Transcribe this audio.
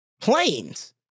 Planes